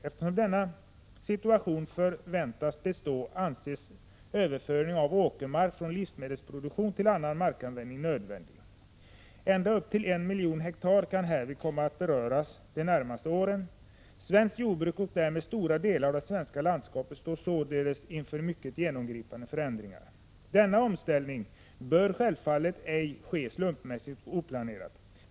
Eftersom denna situation förväntas bestå anses överföring av åkermark från livsmedelsproduktion till annan markanvänd ning nödvändig. Ända upp till I miljon hektar kan härvid komma att beröras de närmaste åren. Svenskt jordbruk och därmed stora delar av det svenska landskapet står således inför mycket genomgripande förändringar. Denna omställning bör självfallet ej ske slumpmässigt och oplanerat.